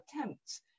attempts